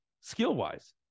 skill-wise